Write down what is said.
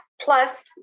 plus